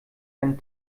einen